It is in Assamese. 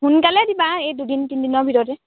সোনকালে দিবা এই দুদিন তিনিদিনৰ ভিতৰতে